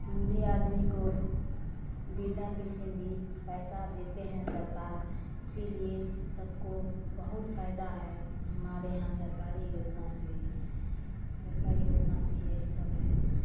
بوڑھے آدمی کو بردھا پنسن بھی پیسہ دیتے ہیں سرکار اسی لیے سب کو بہت فائدہ ہے ہمارے یہاں سرکاری یوجنا سے سرکاری یوجنا سے یہی سب ہے